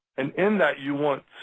and in that you want